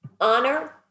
honor